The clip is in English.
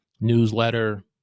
newsletter